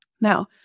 Now